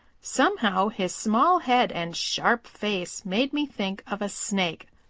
somehow his small head and sharp face made me think of a snake.